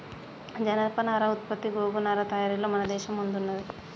జనపనార ఉత్పత్తి గోగు నారా తయారీలలో మన దేశం ముందున్నది